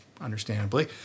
understandably